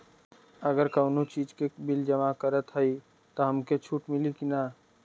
अगर कउनो चीज़ के बिल जमा करत हई तब हमके छूट मिली कि ना?